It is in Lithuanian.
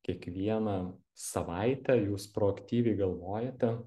kiekvieną savaitę jūs proaktyviai galvojate